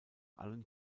allen